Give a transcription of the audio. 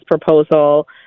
proposal